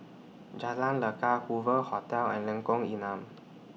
Jalan Lekar Hoover Hotel and Lengkong Enam